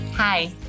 Hi